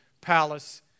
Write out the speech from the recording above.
palace